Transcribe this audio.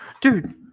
Dude